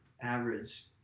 average